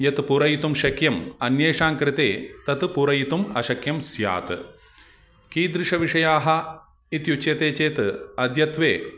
यत् पूरयितुं शक्यम् अन्येषां कृते तत् पूरयितुम् अशक्यं स्यात् कीदृशविषयाः इत्युच्यते चेत् अद्यत्वे